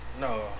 No